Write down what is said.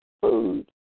food